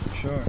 Sure